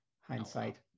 hindsight